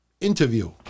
interview